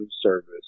service